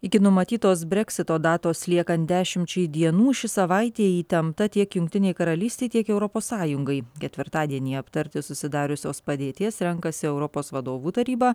iki numatytos breksito datos liekant dešimčiai dienų ši savaitė įtempta tiek jungtinei karalystei tiek europos sąjungai ketvirtadienį aptarti susidariusios padėties renkasi europos vadovų taryba